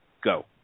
Go